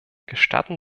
gestatten